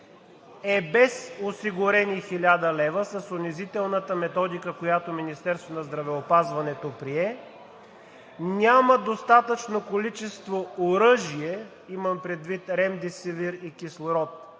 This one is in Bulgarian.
е без осигурени 1000 лв., с унизителната методика, която Министерството на здравеопазването прие. Няма достатъчно количество оръжие, имам предвид ремдесивир и кислород.